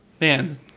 Man